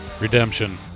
Redemption